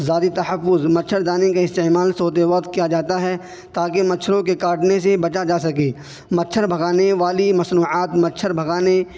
ذاتی تحفظ مچھردانی کے استعمال سوتے وقت کیا جاتا ہے تاکہ مچھروں کے کاٹنے سے بچا جا سکے مچھر بھگانے والی مصنوعات مچھر بھگانے